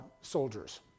soldiers